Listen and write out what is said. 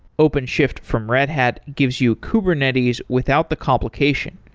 openshift from red hat gives you kubernetes without the complication.